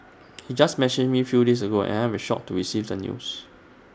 he just messaged me few days ago and I am shocked to receive the news